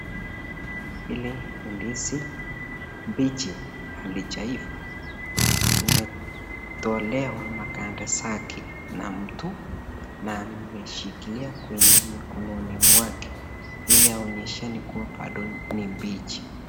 Hili ni ndizi mbichi halijaiva, imetolewa maganda zake na mtu na ameshikilia kwenye mikononi mwake ili aonyeshane kuwa bado ni mbichi.